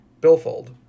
billfold